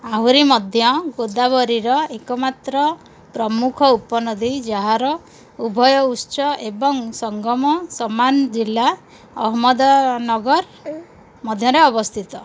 ଆହୁରି ମଧ୍ୟ ଗୋଦାବରୀର ଏକମାତ୍ର ପ୍ରମୁଖ ଉପନଦୀ ଯାହାର ଉଭୟ ଉତ୍ସ ଏବଂ ସଙ୍ଗମ ସମାନ ଜିଲ୍ଲା ଅହମ୍ମଦାନଗର ମଧ୍ୟରେ ଅବସ୍ଥିତ